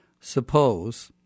Suppose